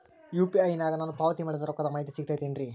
UPI ನಾಗ ನಾನು ಪಾವತಿ ಮಾಡಿದ ರೊಕ್ಕದ ಮಾಹಿತಿ ಸಿಗುತೈತೇನ್ರಿ?